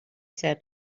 said